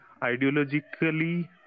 ideologically